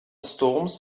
storms